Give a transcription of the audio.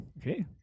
Okay